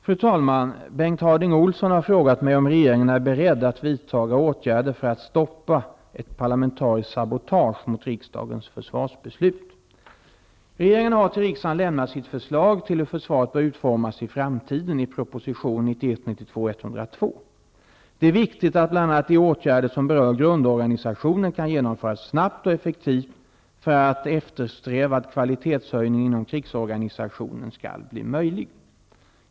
Fru talman! Bengt Harding Olson har frågat mig om regeringen är beredd att vidtaga åtgärder för att stoppa ett parlamentariskt sabotage mot riksdagens försvarsbeslut. Regeringen har till riksdagen lämnat sitt förslag till hur försvaret bör utformas i framtiden i prop. 1991/92:102. Det är viktigt att bl.a. de åtgärder som berör grundorganisationen kan genomföras snabbt och effektivt för att eftersträvad kvalitetshöjning inom krigsorganisationen skall bli möjlig.